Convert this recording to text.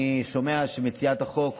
אני שומע שמציעת החוק,